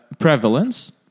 prevalence